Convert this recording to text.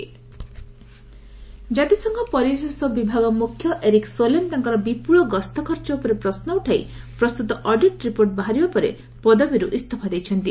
UN resignation ଜାତିସଂଘ ପରିବେଶ ବିଭାଗ ମୁଖ୍ୟ ଏରିକ୍ ସୋଲେମ୍ ତାଙ୍କର ବିପୁଳ ଗସ୍ତ ଖର୍ଚ୍ଚ ଉପରେ ପ୍ରଶ୍ନ ଉଠାଇ ପ୍ରସ୍ତୁତ ଅଡିଟ୍ ରିପୋର୍ଟ ବାହାରିବା ପରେ ପଦବୀରୁ ଇସଫା ଦେଇଛନ୍ତି